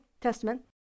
Testament